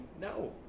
no